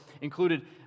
included